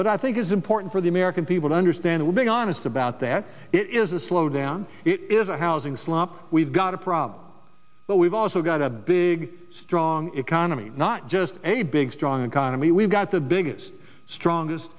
but i think it's important for the american people to understand we're being honest about that it is a slowdown it is a housing slump we've got a problem but we've also got a big strong economy not just a big strong economy we've got the biggest strongest